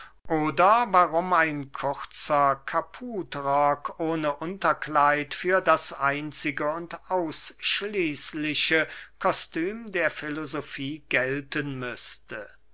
oder warum ein kurzer kaputrock ohne unterkleid für das einzige und ausschließliche kostum der filosofie gelten müßte